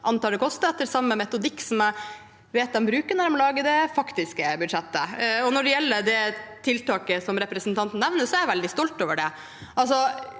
antar det vil koste, etter samme metodikk jeg vet de bruker når de lager det faktiske budsjettet. Når det gjelder det tiltaket representanten nevner, er jeg veldig stolt av det.